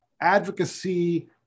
advocacy